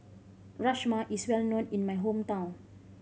rajma is well known in my hometown